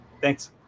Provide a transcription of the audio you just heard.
Thanks